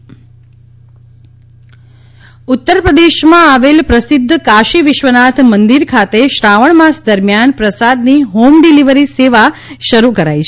કાશી વિશ્વનાથ પ્રસાદ ઉત્તરપ્રદેશમાં આવેલા પ્રસિદ્ધ કાશી વિશ્વનાથ મંદિર ખાતે શ્રાવણ માસ દરમિયાન પ્રસાદની હોમ ડિલીવરી સેવા શરૂ કરાઇ છે